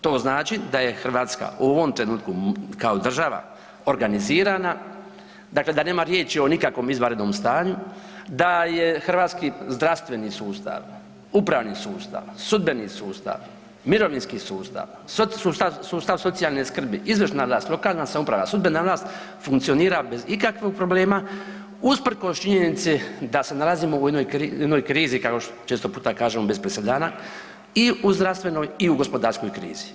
To znači da je Hrvatska u ovom trenutku kao država organizirana, dakle da nema riječi o nikakvom izvanrednom stanju, da je hrvatski zdravstveni sustav, upravni sustav, sudbeni sustav, mirovinski sustav, sustav socijalne skrbi, izvršna vlast, lokalna samouprava, sudbena vlast, funkcionira bez ikakvog problema usprkos činjenici da se nalazimo u jednoj, u jednoj krizi kao što često puta kažemo bez presedana i u zdravstvenoj i u gospodarskoj krizi.